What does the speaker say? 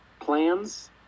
plans